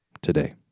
today